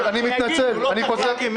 אני מתנצל, אני חוזר בי.